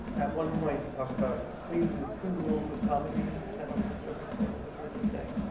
um at one point, you talk about cleese's two rules of comedy which kind of struck a chord with what you were just saying.